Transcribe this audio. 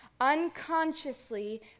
Unconsciously